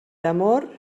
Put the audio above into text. amor